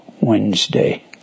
Wednesday